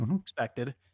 expected